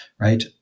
Right